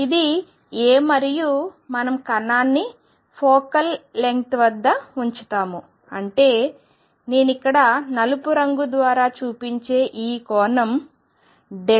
ఇది a మరియు మనం కణాన్ని ఫోకల్ లెంగ్త్ వద్ద ఉంచుతాము అంటే నేను ఇక్కడ నలుపు రంగు ద్వారా చూపించే ఈ కోణం af